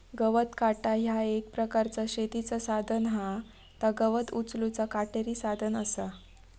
गवत काटा ह्या एक प्रकारचा शेतीचा साधन हा ता गवत उचलूचा काटेरी साधन असा